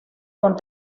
con